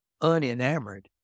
unenamored